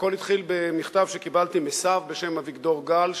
הכול התחיל במכתב שקיבלתי מסב בשם אביגדור גל,